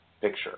picture